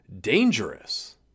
dangerous